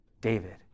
David